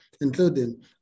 including